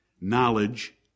knowledge